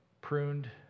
pruned